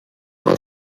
was